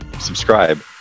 subscribe